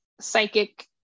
psychic